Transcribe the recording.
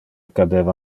cadeva